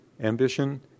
ambition